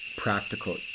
practical